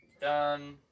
done